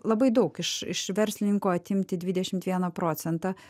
labai daug iš iš verslininko atimti dvidešimt vieną procentą